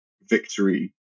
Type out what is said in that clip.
victory